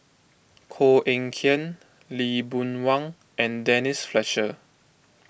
Koh Eng Kian Lee Boon Wang and Denise Fletcher